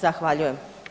Zahvaljujem.